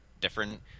different